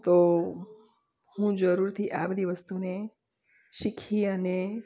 તો હું જરૂરથી આ બધી વસ્તુને શીખી અને